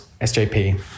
SJP